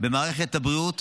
במערכת הבריאות,